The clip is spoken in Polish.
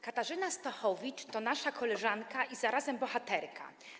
Katarzyna Stachowicz to nasza koleżanka i zarazem bohaterka.